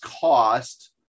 cost